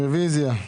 רוויזיה.